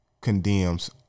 condemns